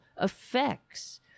effects